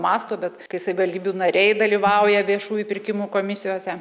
masto bet kai savivaldybių nariai dalyvauja viešųjų pirkimų komisijose